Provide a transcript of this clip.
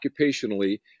occupationally